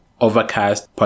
Overcast